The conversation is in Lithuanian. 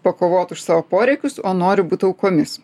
pakovot už savo poreikius o noriu būt aukomis